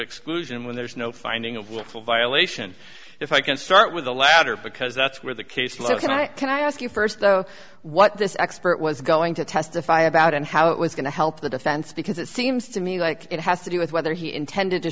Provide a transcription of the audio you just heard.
exclusion when there's no finding of willful violation if i can start with the latter because that's where the case loads and i can i ask you first though what this expert was going to testify about and how it was going to help the defense because it seems to me like it has to do with whether he intended to